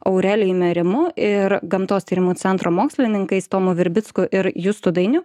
aurelijumi rimu ir gamtos tyrimų centro mokslininkais tomu virbicku ir justu dainiu